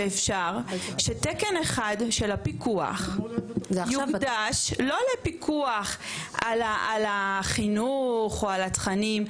ואפשר שתקן אחד של הפיקוח יוקדש לא לפיקוח על החינוך או על התכנים,